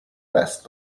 best